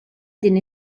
din